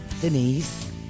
Denise